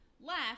left